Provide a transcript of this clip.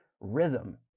rhythm